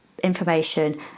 Information